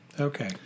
Okay